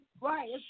Right